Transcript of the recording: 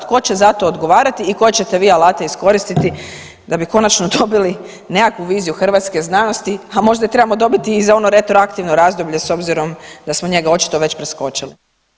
Tko će za to odgovarati i koje ćete vi alate iskoristiti da bi konačno dobili nekakvu viziju hrvatske znanosti, a možda i trebamo dobiti za ono retroaktivno razdoblje s obzirom da smo njega očito već preskočili.